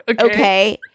Okay